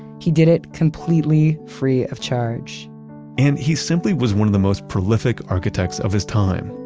he did it completely free of charge and he simply was one of the most prolific architects of his time,